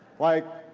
like